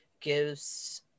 gives